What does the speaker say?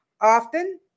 often